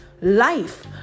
life